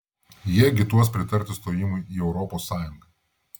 jie agituos pritarti stojimui į europos sąjungą